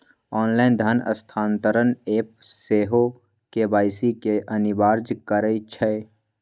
online धन स्थानान्तरण app सेहो के.वाई.सी के अनिवार्ज करइ छै